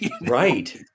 Right